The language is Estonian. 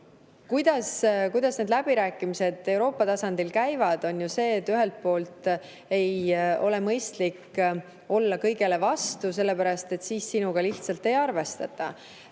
kuidas need läbirääkimised Euroopa tasandil käivad, on nii, et ei ole mõistlik olla kõigele vastu, sellepärast et siis sinuga lihtsalt ei arvestata.